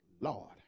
Lord